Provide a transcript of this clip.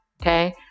Okay